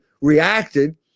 reacted